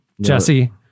Jesse